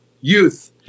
Youth